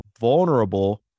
vulnerable